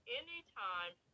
anytime